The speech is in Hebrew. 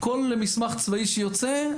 כל מסמך צבאי שיוצא,